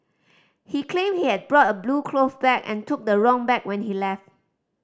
he claimed he had brought a blue cloth bag and took the wrong bag when he left